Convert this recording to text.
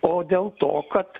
o dėl to kad